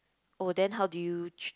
oh then how do you tr~